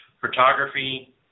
photography